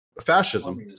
fascism